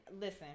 listen